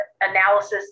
analysis